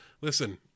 listen